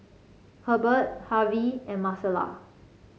Herbert Harvy and Marcela